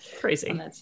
Crazy